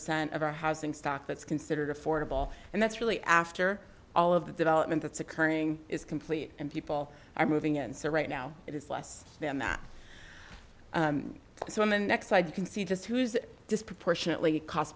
cent of our housing stock that's considered affordable and that's really after all of the development that's occurring is complete and people are moving in so right now it is less than that so in the next slide you can see just who's disproportionately cost